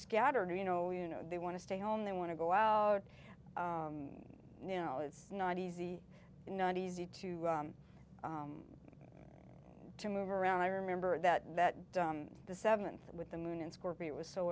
scattered you know you know they want to stay home they want to go out and you know it's not easy not easy to to move around i remember that that dumb the seventh with the moon in scorpio